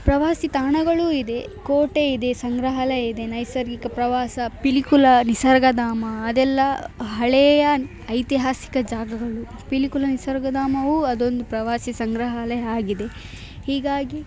ಪ್ರವಾಸಿ ತಾಣಗಳು ಇದೆ ಕೋಟೆ ಇದೆ ಸಂಗ್ರಹಾಲಯ ಇದೆ ನೈಸರ್ಗಿಕ ಪ್ರವಾಸ ಪಿಲಿಕುಳ ನಿಸರ್ಗಧಾಮ ಅದೆಲ್ಲ ಹಳೆಯ ಐತಿಹಾಸಿಕ ಜಾಗಗಳು ಪಿಲಿಕುಳ ನಿಸರ್ಗಧಾಮವು ಅದೊಂದು ಪ್ರವಾಸಿ ಸಂಗ್ರಹಾಲಯ ಆಗಿದೆ ಹೀಗಾಗಿ